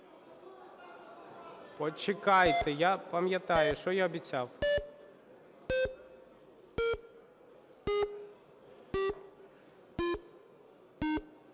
Почекайте, я пам'ятаю, що я обіцяв.